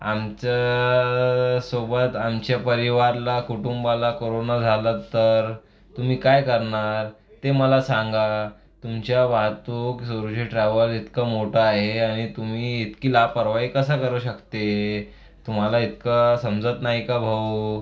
आमच्यासोबत आमचे परिवाराला कुटुंबाला कोरोना झाला तर तुम्ही काय करणार ते मला सांगा तुमच्या वाहतूक सुरुचि ट्रॅव्हल्स इतकं मोठं आहे आणि तुम्ही इतकी लापरवाही कसे करू शकते तुम्हाला इतकं समजत नाही का भाऊ